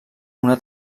una